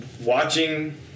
watching